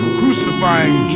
crucifying